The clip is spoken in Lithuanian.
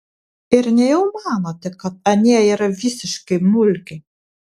ir nejau manote kad anie yra visiški mulkiai